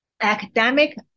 academic